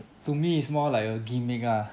to me it's more like a gimmick ah